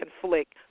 conflict